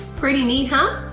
pretty neat, huh?